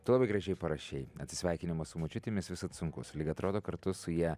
tu labai gražiai parašei atsisveikinimas su močiutėmis visad sunkus lyg atrodo kartu su ja